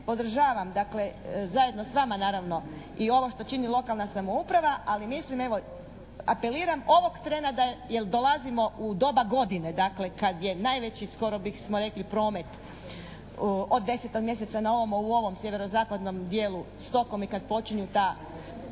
podržavam dakle zajedno s vama naravno i ovo što čini lokalna samouprava, ali mislim evo apeliram ovog treba da je, jer dolazimo u doba godine dakle kad je najveći skoro bismo rekli promet od 10. mjeseca naovamo u ovom sjeverozapadnom dijelu stokom i kad počinju ta